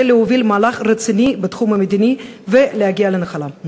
להוביל מהלך רציני בתחום המדיני ולהגיע לנחלה.